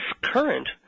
current